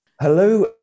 Hello